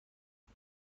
است